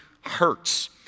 hurts